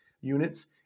units